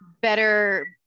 better